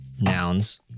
nouns